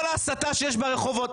כל ההסתה שיש ברחובות,